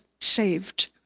saved